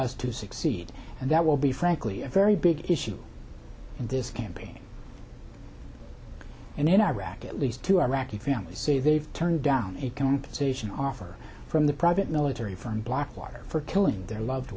us to succeed and that will be frankly a very big issue in this campaign and in iraq at least two iraqi families say they've turned down a conversation offer from the private military firm blackwater for killing their loved